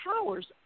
powers